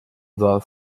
unser